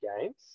games